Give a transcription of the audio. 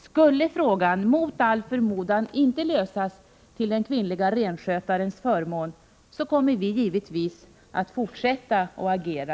Skulle frågan mot alla förmodan inte lösas till den kvinnliga renskötarens förmån, kommer vi givetvis att fortsätta att agera.